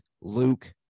Luke